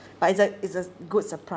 but it's a it's a good surprise